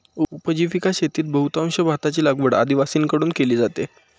उपजीविका शेतीत बहुतांश भाताची लागवड आदिवासींकडून केली जाते